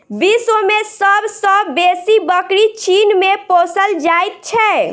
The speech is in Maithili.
विश्व मे सब सॅ बेसी बकरी चीन मे पोसल जाइत छै